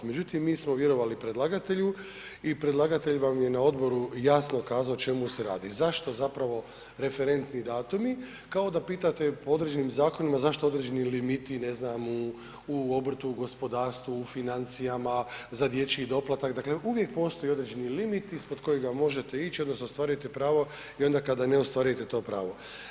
Međutim, mi smo vjerovali predlagatelju i predlagatelj vam je na odboru jasno kazao o čemu se radi, zašto zapravo referentni datumi, kao da pitate po određenim zakonima zašto određeni određeni limiti, ne znam, u, u obrtu, u gospodarstvu, u financijama, za dječji doplatak, dakle uvijek postoje određene limiti ispod kojega možete ić odnosno ostvarujete pravo i onda kada ne ostvarujete to pravo.